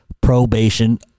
probation